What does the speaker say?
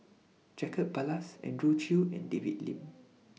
Jacob Ballas Andrew Chew and David Lim